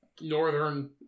northern